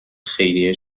خیریه